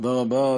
תודה רבה.